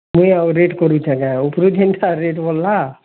ମୁଇଁ ଆଉ ରେଟ୍ କରୁଛେଁ କାଏଁ ଉପ୍ରୁ ଜିନିଷ୍ଟା ରେଟ୍ ବଢ଼୍ଲା